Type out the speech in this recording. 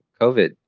COVID